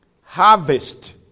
harvest